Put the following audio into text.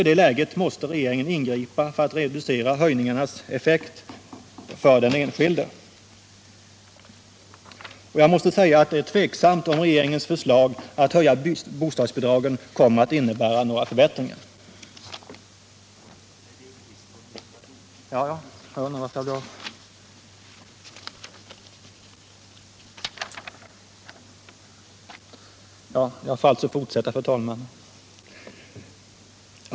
I det läget måste regeringen ingripa för att reducera hyreshöjningarnas effekt för den enskilde. Jag måste säga att det är tveksamt om regeringens förslag att höja bostadsbidragen kommer att innebära några förbättringar.